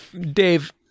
Dave